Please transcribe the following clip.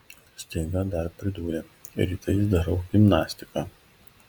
staiga dar pridūrė rytais darau gimnastiką